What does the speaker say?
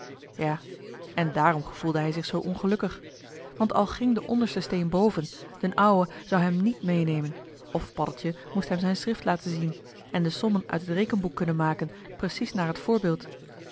ja en daarom gevoelde hij zich zoo ongelukkig want al ging de onderste steen boven d'n ouwe zou hem niet meenemen of paddeltje moest hem z'n schrift laten zien en de sommen uit het rekenboek kunnen maken precies naar het voorbeeld